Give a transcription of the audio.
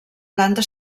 planta